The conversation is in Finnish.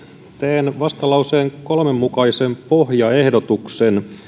teen vastalauseen kolmen mukaisen pohjaehdotuksen